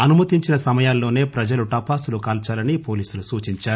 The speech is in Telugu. అనుమతించిన సమయాల్లోనే ప్రజలు టపాసులు కాల్చాలని పోలీసులు సూచించారు